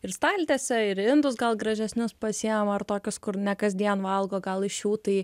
ir staltiesę ir indus gal gražesnius pasiima ar tokius kur ne kasdien valgo gal iš jų tai